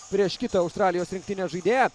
prieš kitą australijos rinktinės žaidėją